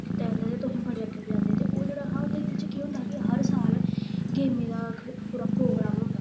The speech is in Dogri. टैलेंट ऐ तुसेंगी बड़े अग्गें पजांदे ते ओह् जेह्ड़ा हा ओह्दे च केह् होंदा हा कि हर साल गेमें दा पूरा प्रोग्राम होंदा हा